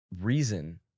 reason